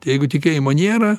jeigu tikėjimo nėra